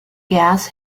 gas